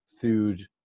food